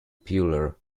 primitive